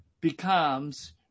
becomes